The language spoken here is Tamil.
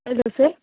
எது சார்